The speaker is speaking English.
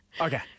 Okay